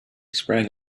sprang